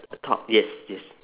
top yes yes